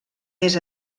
més